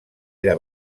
era